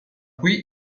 qui